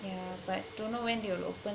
yeah but don't know when they will open